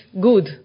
good